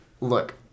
Look